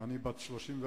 "אני בת 34,